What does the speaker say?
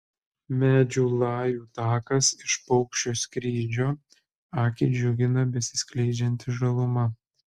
medžių lajų takas iš paukščio skrydžio akį džiugina besiskleidžianti žaluma